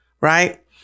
right